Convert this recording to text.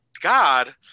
god